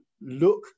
look